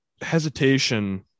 hesitation